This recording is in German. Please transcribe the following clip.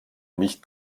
nicht